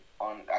on